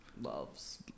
loves